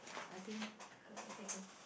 I think girl okay K